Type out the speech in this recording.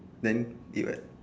then eat what